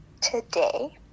today